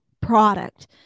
product